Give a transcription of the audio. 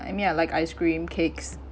I mean I like ice cream cakes